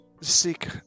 seek